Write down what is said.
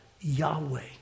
Yahweh